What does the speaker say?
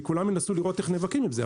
וכולם ינסו לראות איך נאבקים עם זה,